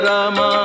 Rama